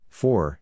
four